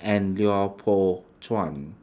and Lui Pao Chuen